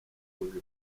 buvuzi